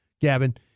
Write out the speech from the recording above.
Gavin